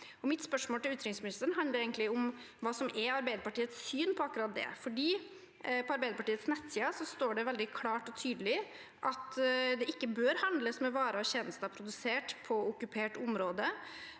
Mitt spørsmål til utenriksministeren handler om hva som er Arbeiderpartiets syn på akkurat det, for på Arbeiderpartiets nettsider står det veldig klart og tydelig at det ikke bør handles med varer og tjenester produsert på okkupert område.